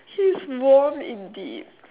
she's warm indeed